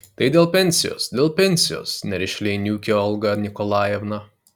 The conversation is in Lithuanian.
tai dėl pensijos dėl pensijos nerišliai niūkė olga nikolajevna